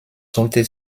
sollte